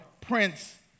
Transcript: Prince